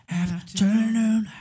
afternoon